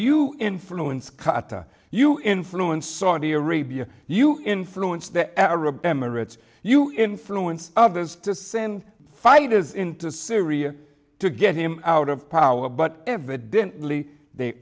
you influence kutta you influence saudi arabia you influence the arab emirates you influence others to send five is into syria to get him out of power but evidently they